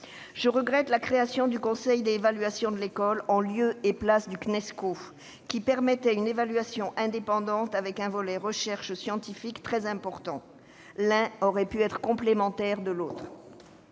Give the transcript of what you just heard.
Je regrette la création du conseil d'évaluation de l'école, en lieu et place du Cnesco, qui permettait une évaluation indépendante, avec un volet recherche scientifique très important. L'un aurait pu être complémentaire de l'autre.